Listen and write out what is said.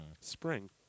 Spring